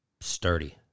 sturdy